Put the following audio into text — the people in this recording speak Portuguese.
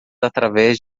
através